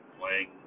playing